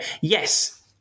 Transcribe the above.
Yes